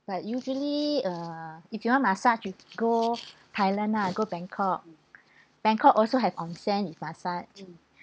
but usually uh if you want massage you go thailand lah go bangkok bangkok also have onsen with massage